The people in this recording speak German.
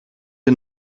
ihr